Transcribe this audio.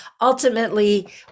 ultimately